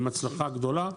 עם הצלחה גדולה.